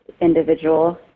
individual